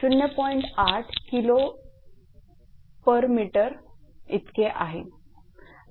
8 𝐾𝑔𝑚 इतके आहे